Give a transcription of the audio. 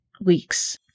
weeks